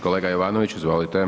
Kolega Jovanović, izvolite.